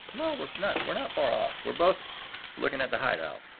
no we're not, we're not far off. we're both looking at the hideout.